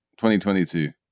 2022